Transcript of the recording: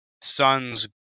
son's